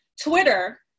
Twitter